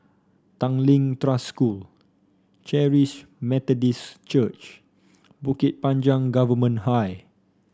Tanglin Trust School Charis Methodist Church Bukit Panjang Government High